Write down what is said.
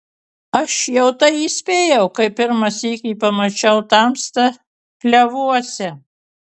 aš jau tai įspėjau kai pirmą sykį pamačiau tamstą klevuose